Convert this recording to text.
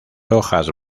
hojas